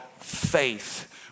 faith